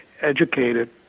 educated